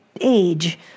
age